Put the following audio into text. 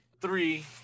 Three